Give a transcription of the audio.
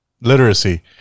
Literacy